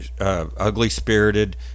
ugly-spirited